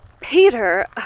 Peter